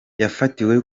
yafatiwe